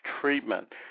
treatment